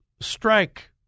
strike